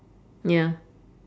ya